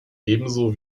ebenso